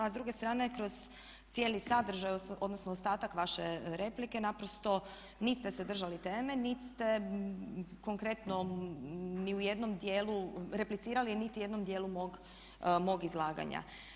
A s druge strane kroz cijeli sadržaj odnosno ostatak vaše replike naprosto niste se držali teme niti ste konkretno ni u jednom dijelu replicirali niti jednom dijelu mog izlaganja.